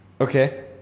Okay